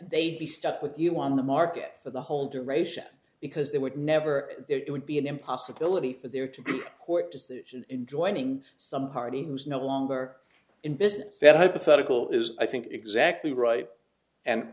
they'd be stuck with you on the market for the whole duration because they would never it would be an impossibility for there to be a court decision in joining some party who is no longer in business that hypothetical is i think exactly right and